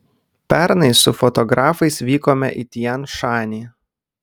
pernai su fotografais vykome į tian šanį